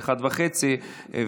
ב-01:30.